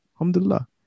Alhamdulillah